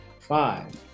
Five